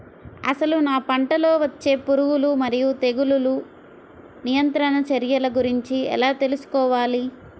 అసలు నా పంటలో వచ్చే పురుగులు మరియు తెగులుల నియంత్రణ చర్యల గురించి ఎలా తెలుసుకోవాలి?